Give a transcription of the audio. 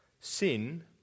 Sin